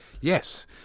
Yes